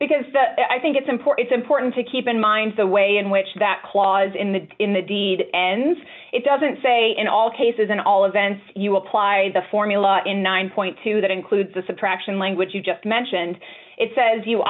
because i think it's important important to keep in mind the way in which that quad is in the in the deed and it doesn't say in all cases in all events you apply the formula in nine dollars that includes the suppression language you just mentioned it says you